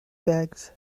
bags